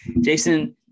Jason